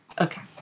Okay